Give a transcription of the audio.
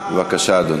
בבקשה, אדוני.